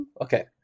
okay